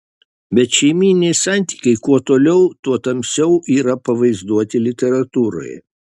bet šeimyniniai santykiai kuo toliau tuo tamsiau yra pavaizduoti literatūroje